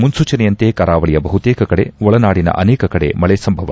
ಮುನ್ಲೂಚನೆಯಂತೆ ಕರಾವಳಿಯ ಬಹುತೇಕ ಕಡೆ ಒಳನಾಡಿನ ಅನೇಕ ಕಡೆ ಮಳೆ ಸಂಭವ